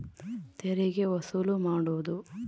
ತೆರಿಗೆ ವಸೂಲು ಮಾಡೋದು